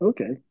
Okay